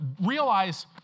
realize